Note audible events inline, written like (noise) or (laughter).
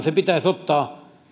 (unintelligible) se pitäisi ottaa